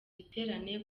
giterane